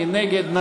מי נגד?